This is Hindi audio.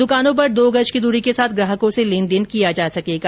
द्रकानों पर दो गज की दूरी के साथ ग्राहकों से लेन देन किया जा सकेगा